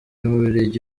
w’umubiligi